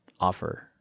offer